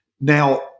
Now